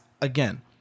again